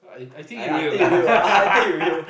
I I think you will